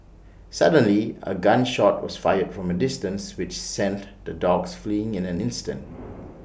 suddenly A gun shot was fired from A distance which sent the dogs fleeing in an instant